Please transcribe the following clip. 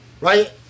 Right